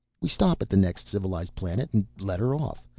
we stop at the next civilized planet and let her off.